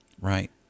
Right